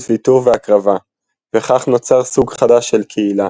ויתור והקרבה – וכך נוצר סוג חדש של קהילה